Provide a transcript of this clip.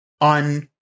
on